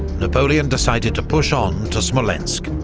napoleon decided to push on to smolensk,